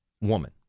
woman